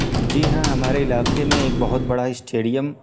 جی ہاں ہمارے علاقے میں ایک بہت بڑا اسٹیڈیم